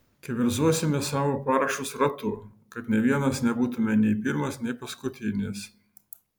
keverzosime savo parašus ratu kad nė vienas nebūtume nei pirmas nei paskutinis